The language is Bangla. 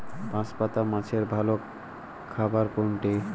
বাঁশপাতা মাছের ভালো খাবার কোনটি?